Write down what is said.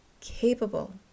capable